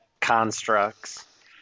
constructs